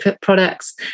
products